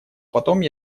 потом